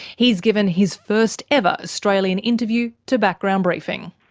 he's given his first ever australian interview to background briefing.